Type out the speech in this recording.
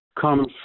comes